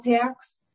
tax